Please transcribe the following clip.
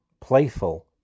playful